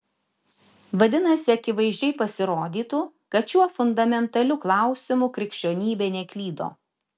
vadinasi akivaizdžiai pasirodytų kad šiuo fundamentaliu klausimu krikščionybė neklydo